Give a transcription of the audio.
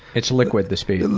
it's liquid, the speed.